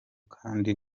kandi